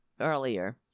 earlier